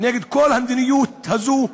נגד כל המדיניות הזאת,